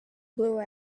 blue